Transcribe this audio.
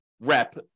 rep